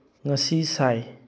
ꯉꯁꯤ ꯁꯥꯏ